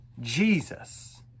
Jesus